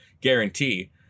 guarantee